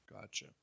Gotcha